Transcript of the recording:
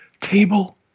table